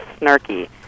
snarky